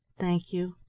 thank you,